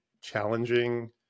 challenging